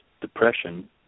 depression